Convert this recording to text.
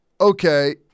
okay